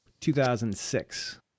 2006